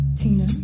Tina